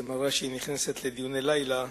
שמראה שהיא נכנסת לדיוני לילה,